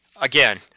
Again